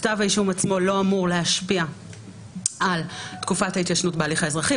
כתב האישום עצמו לא אמור להשפיע על תקופת ההתיישנות בהליך האזרחי,